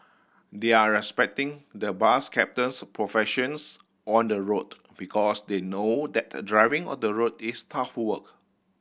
they're respecting the bus captain's professions on the road because they know that driving on the road is tough work